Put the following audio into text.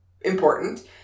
important